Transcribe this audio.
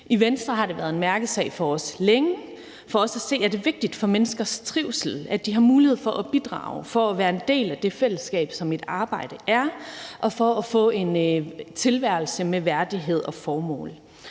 I Venstre har det været en mærkesag for os længe. For os at se er det vigtigt for menneskers trivsel, at de har mulighed for at bidrage og for at være en del af det fællesskab, som et arbejde giver, og få en tilværelse med værdighed og formål.